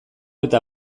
eta